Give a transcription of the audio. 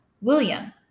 William